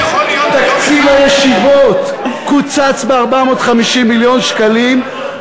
תקציב הישיבות קוצץ ב-450 מיליון שקלים,